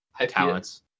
talents